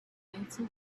intuition